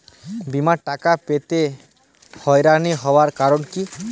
বিমার টাকা পেতে হয়রানি হওয়ার কারণ কি?